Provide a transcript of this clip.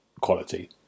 quality